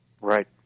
Right